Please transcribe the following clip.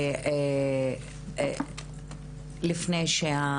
אנחנו כן